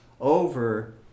over